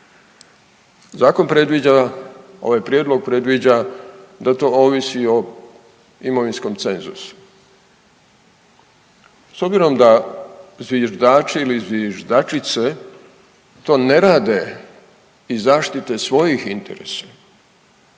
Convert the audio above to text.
zakon predviđa, ovaj prijedlog predviđa da to ovisi o imovinskom cenzusu. S obzirom da zviždači ili zviždačice to ne rade iz zaštite svojih interesa,